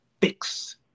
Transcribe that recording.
fix